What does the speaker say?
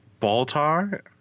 Baltar